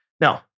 Now